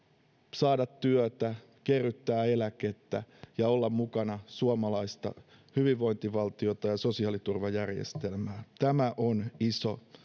saada työtä kerryttää eläkettä ja olla mukana osana suomalaista hyvinvointivaltiota ja sosiaaliturvajärjestelmää tämä on iso